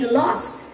lost